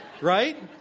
Right